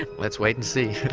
and let's wait and see.